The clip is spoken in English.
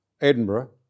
Edinburgh